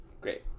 Great